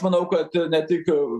manau kad ne tik